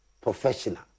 Professional